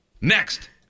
Next